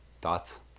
Thoughts